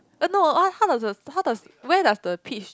oh no oh how does the how does the where does the peach